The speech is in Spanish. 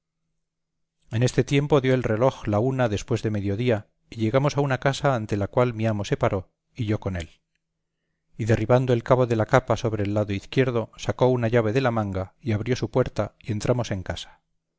en este tiempo dio el reloj la una después de mediodía y llegamos a una casa ante la cual mi amo se paró y yo con él y derribando el cabo de la capa sobre el lado izquierdo sacó una llave de la manga y abrió su puerta y entramos en casa